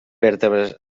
vèrtebres